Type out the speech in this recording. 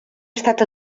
estat